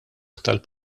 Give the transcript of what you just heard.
tal